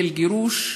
של גירוש,